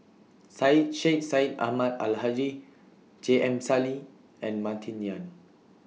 Syed Sheikh Syed Ahmad Al Hadi J M Sali and Martin Yan